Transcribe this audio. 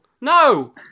No